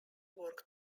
work